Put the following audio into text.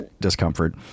discomfort